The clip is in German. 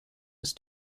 ist